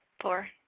four